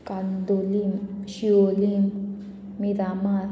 Candolim Siolim Miramar